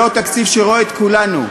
זהו תקציב שרואה את כולנו.